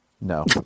No